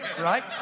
right